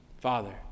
Father